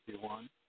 one